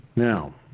Now